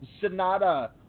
Sonata